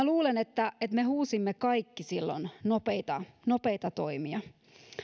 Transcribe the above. luulen että me huusimme kaikki silloin nopeita nopeita toimia